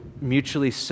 mutually